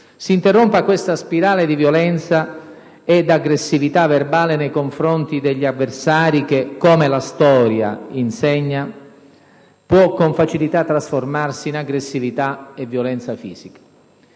si interrompa questa spirale di violenza ed aggressività verbale nei confronti degli avversari che, come la storia insegna, può con facilità trasformarsi in aggressività e violenza fisica.